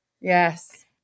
Yes